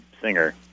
singer